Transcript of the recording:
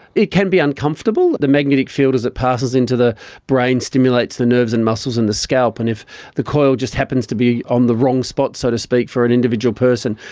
it can be uncomfortable. the magnetic field as it passes into the brain stimulates the nerves and muscles in the scalp, and if the coil just happens to be on the wrong spot, so to speak, for an individual person,